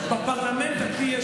ממתי אתה מתייחס